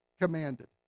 commanded